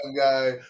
guy